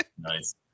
Nice